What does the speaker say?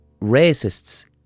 racists